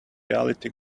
reality